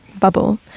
bubble